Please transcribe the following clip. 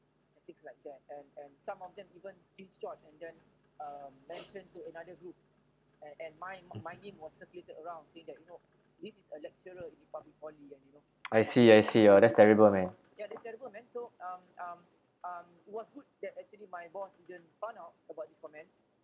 I see I see oh that's terrible man